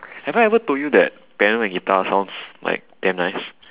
have I ever told you that piano and guitar sounds like damn nice